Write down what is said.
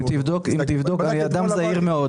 אני אדם זהיר מאוד.